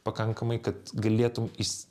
pakankamai kad galėtum is